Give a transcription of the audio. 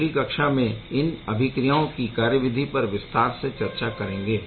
हम अगली कक्षा में इन अभिक्रियाओं की कार्यविधि पर विस्तार से चर्चा करेंगे